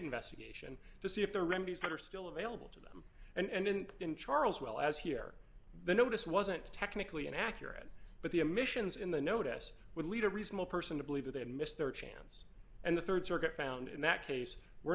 investigation to see if there are remedies that are still available to them and then in charles well as here the notice wasn't technically accurate but the emissions in the notice would lead a reasonable person to believe that they had missed their chance and the rd circuit found in that case we're